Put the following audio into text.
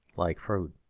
like froude.